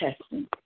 testing